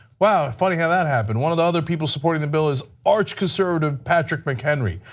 wow, funny how that happened. one of the other people supporting the bill is archconservative patrick mchenry.